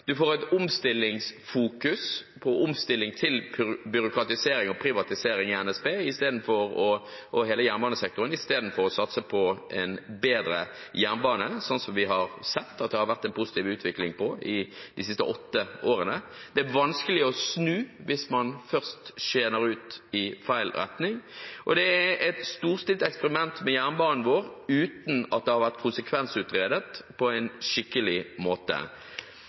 får et fokus på omstilling til byråkratisering og privatisering i NSB og hele jernbanesektoren istedenfor å satse på en bedre jernbane, slik vi har sett en positiv utvikling på i de siste åtte årene. Det er vanskelig å snu hvis man først skjener ut i feil retning, og det er et storstilt eksperiment med jernbanen vår uten at det har vært konsekvensutredet på en skikkelig måte.